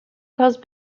cost